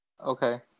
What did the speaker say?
okay